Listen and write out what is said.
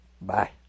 Bye